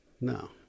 No